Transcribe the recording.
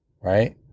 right